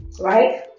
right